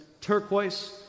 turquoise